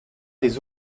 des